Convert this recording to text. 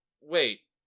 wait